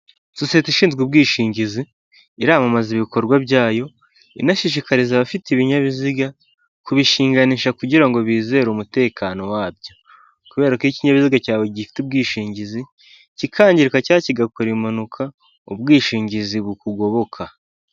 Sosiyete ishinzwe ubwishingizi iramamaza ibikorwa byayo, inashishikariza abafite ibinyabiziga, kubishinganisha kugira ngo bizere umutekano wabyo. Kubera ko iyo ikinyabiziga cyawe gifite ubwishingizi, kikangirika cya kigakora impanuka, ubwishingizi bukugoboka.